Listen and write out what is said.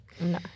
No